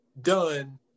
done